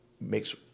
makes